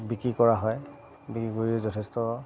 বিক্ৰী কৰা হয় বিক্ৰী কৰি যথেষ্ট